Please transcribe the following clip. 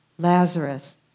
Lazarus